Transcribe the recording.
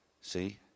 See